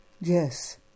Yes